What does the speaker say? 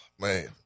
man